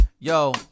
Yo